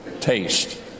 taste